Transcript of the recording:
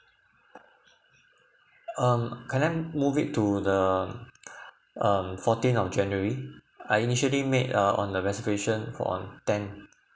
um can I move it to the um fourteenth of january I initially made uh on the reservation for on tenth